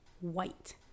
white